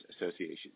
Association